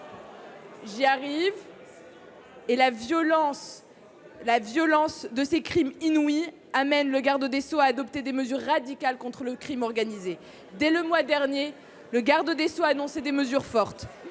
J’y arrive. … et la violence de ces crimes inouïs conduit celui ci à adopter des mesures radicales contre le crime organisé. Dès le mois dernier, le garde des sceaux a annoncé des mesures fortes